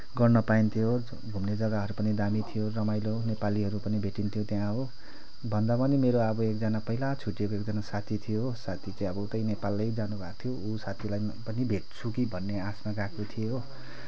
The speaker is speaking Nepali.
गर्न पाइन्थ्यो घुम्ने जग्गाहरू पनि दामी थियो रमाइलो नेपालीहरू पनि भेटिन्थ्यो त्यहाँ हो भन्दा पनि मेरो अब एकजना पहिला छुट्टिएको एकजना साथी थियो हो साथी चाहिँ अब उतै नेपालै जानु भएको थियो हो उ साथीलाई पनि भेट्छु कि भन्ने आशामा गएको थिएँ हो